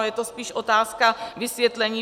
Je to spíše otázka vysvětlení.